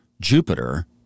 Jupiter